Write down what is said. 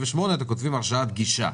ובסעיף 38 אתם כותבים "הרשאת גישה".